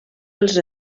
als